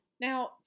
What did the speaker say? Now